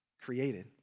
created